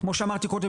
כמו שאמרתי קודם,